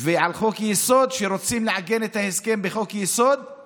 וגם נעביר את זה בשלושת החודשים הקרובים.